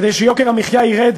כדי שיוקר המחיה ירד,